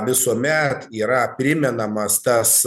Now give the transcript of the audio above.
visuomet yra primenamas tas